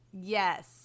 Yes